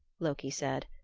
loki said,